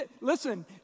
Listen